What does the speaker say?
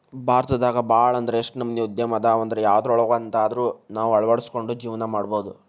ಭಾರತದಾಗ ಭಾಳ್ ಅಂದ್ರ ಯೆಷ್ಟ್ ನಮನಿ ಉದ್ಯಮ ಅದಾವಂದ್ರ ಯವ್ದ್ರೊಳಗ್ವಂದಾದ್ರು ನಾವ್ ಅಳ್ವಡ್ಸ್ಕೊಂಡು ಜೇವ್ನಾ ಮಾಡ್ಬೊದು